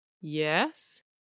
yes